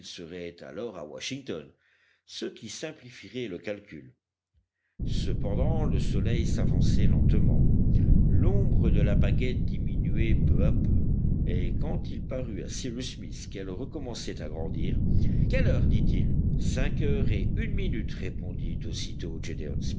serait alors à washington ce qui simplifierait le calcul cependant le soleil s'avançait lentement l'ombre de la baguette diminuait peu à peu et quand il parut à cyrus smith qu'elle recommençait à grandir quelle heure dit-il cinq heures et une minute répondit aussitôt